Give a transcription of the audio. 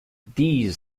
these